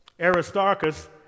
Aristarchus